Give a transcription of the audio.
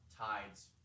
tides